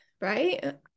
right